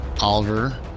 Oliver